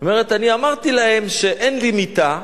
היא אומרת: אני אמרתי להם שאין לי מיטה,